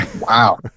Wow